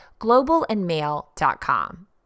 globalandmail.com